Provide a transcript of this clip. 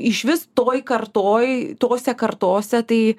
išvis toj kartoj tose kartose tai